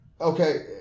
Okay